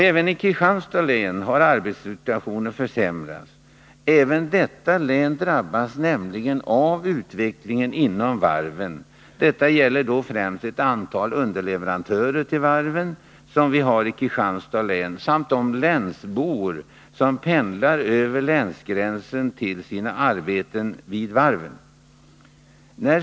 Även i Kristianstads län har arbetsmarknadssituationen försämrats. Också detta län drabbas nämligen av utvecklingen inom varven. Det gäller då främst ett antal underleverantörer till varven som vi har i Kristianstads län samt de länsbor som pendlar över länsgränsen till sina arbeten på varven.